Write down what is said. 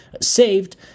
saved